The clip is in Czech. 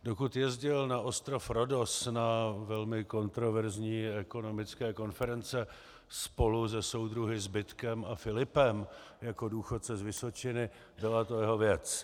Dokud jezdil na ostrov Rhodos na velmi kontroverzní ekonomické konference spolu se soudruhy Zbytkem a Filipem jako důchodce z Vysočiny, byla to jeho věc.